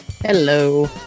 Hello